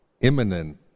imminent